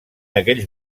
aquells